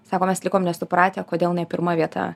sako mes likom nesupratę kodėl jinai pirma vieta